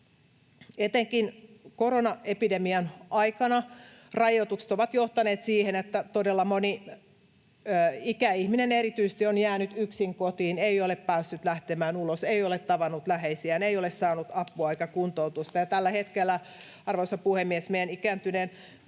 Etenkin koronaepidemian aikana rajoitukset ovat johtaneet siihen, että todella moni erityisesti ikäihminen on jäänyt yksin kotiin, ei ole päässyt lähtemään ulos, ei ole tavannut läheisiään, ei ole saanut apua eikä kuntoutusta, ja tällä hetkellä, arvoisa puhemies, meidän ikääntyneen